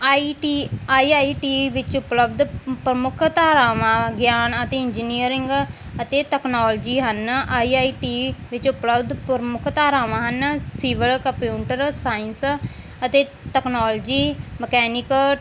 I T I I T ਵਿੱਚ ਉਪਲਬਧ ਪ੍ਰਮੁੱਖ ਧਾਰਾਵਾਂ ਗਿਆਨ ਅਤੇ ਇੰਜੀਨੀਅਰਿੰਗ ਅਤੇ ਤਕਨੋਲਜੀ ਹਨ ਆਈ ਆਈ ਟੀ ਵਿੱਚ ਉਪਲਬਧ ਪ੍ਰਮੁੱਖ ਧਾਰਾਵਾਂ ਹਨ ਸਿਵਲ ਕੰਪਿਊਂਟਰ ਸਾਇੰਸ ਅਤੇ ਟਕਨੋਲਜੀ ਮਕੈਨਿਕ